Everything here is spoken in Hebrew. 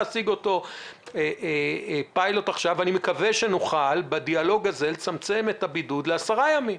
אני מקווה שנוכל בדיאלוג הזה לצמצם את הבידוד ל-10 ימים,